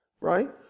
Right